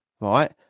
right